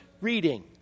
reading